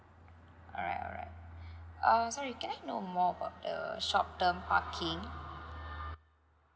alright alright uh sorry can I know more about the short term parking